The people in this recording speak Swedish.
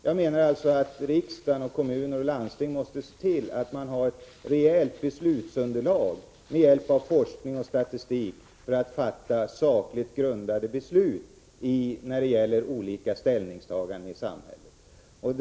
Riksdag, landsting och kommuner måste skaffa sig rejält beslutsunderlag, med hjälp av forskning och statistik, för att kunna fatta sakligt grundade beslut när det gäller olika ställningstaganden i samhället.